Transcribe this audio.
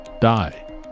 die